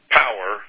power